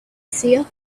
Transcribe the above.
seer